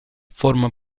forma